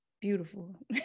beautiful